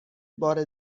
بار